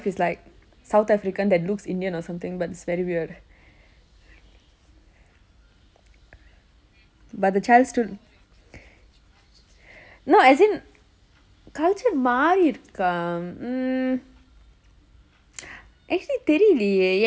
he's like south african that looks indian or something that's very weird but the choice is but the thing is